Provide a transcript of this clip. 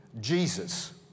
Jesus